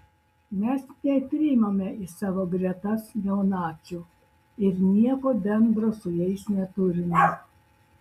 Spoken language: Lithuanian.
mes nepriimame į savo gretas neonacių ir nieko bendro su jais neturime